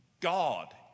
God